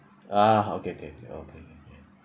ah okay okay okay okay okay okay